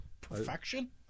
perfection